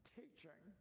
teaching